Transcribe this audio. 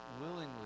willingly